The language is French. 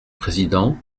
président